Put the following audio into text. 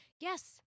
Yes